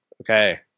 okay